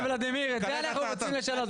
--- את זה אנחנו רוצים לשנות.